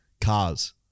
cars